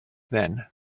then